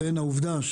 בין העובדה,